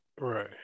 right